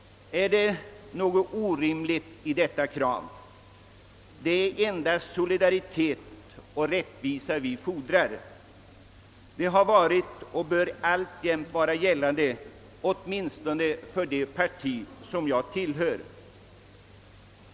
är det något orimligt i detta? Det är endast solidaritet och rättvisa vi fordrar. Det har varit och bör alltjämt vara gällande åtminstone för det parti jag tillhör.